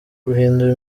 guhindura